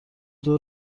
بدو